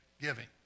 Giving